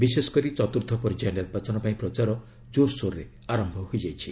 ବିଶେଷ କରି ଚତୁର୍ଥ ପର୍ଯ୍ୟାୟ ନିର୍ବାଚନ ପାଇଁ ପ୍ରଚାର ଜୋରସୋରରେ ଆରମ୍ଭ ହୋଇଯାଇଛି